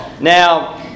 Now